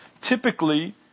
Typically